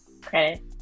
credit